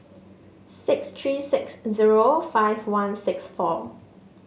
six three six zero five one six four